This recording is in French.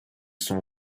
sont